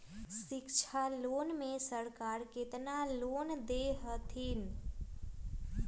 शिक्षा लोन में सरकार केतना लोन दे हथिन?